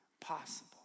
possible